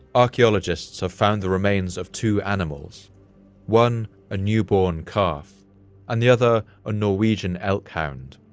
archaeologists have found the remains of two animals one a newborn calf and the other a norwegian elk hound,